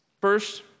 First